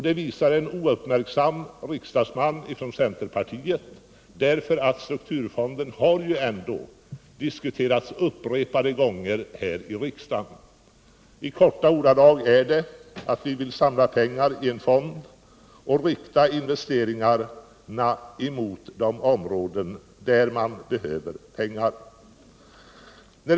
Det visar en ouppmärksam riksdagsman från centerpartiet eftersom strukturfonden ändå upprepade gånger har diskuterats här i riksdagen. I korta ordalag är syftet att vi vill samla pengar i en fond och rikta investeringarna mot de områden där man behöver pengar.